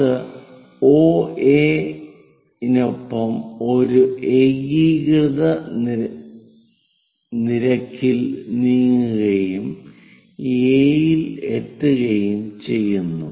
ഇത് OA നൊപ്പം ഒരു ഏകീകൃത നിരക്കിൽ നീങ്ങുകയും A ൽ എത്തുകയും ചെയ്യുന്നു